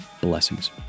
Blessings